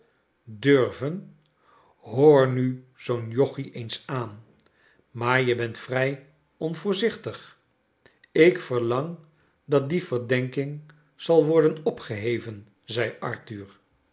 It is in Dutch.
durven hoor nu zoo'n joggie eens aan maar je bent vrij onvoorzichtig ik verlang dat die verdenking zal worden opgeheven zei arthur